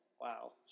Wow